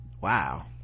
wow